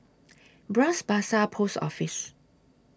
Bras Basah Post Office